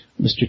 Mr